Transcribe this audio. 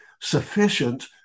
sufficient